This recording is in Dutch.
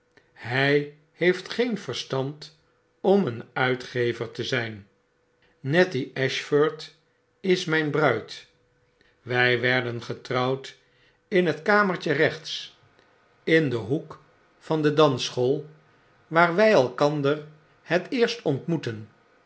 hij heeft geen verstand om een uitgever te zijn nettie ashford is mijn bruid wg werden getrouwd in het kamertje rechts in den hoek een roman uit den vacantie tijd in vier deelen van de dansschool waar wy elkander het eerst ontmoetten